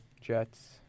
Jets